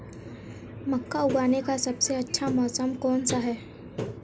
मक्का उगाने का सबसे अच्छा मौसम कौनसा है?